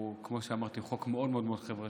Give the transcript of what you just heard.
כמו שאמרתי, הוא חוק מאוד מאוד חברתי.